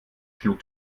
schlug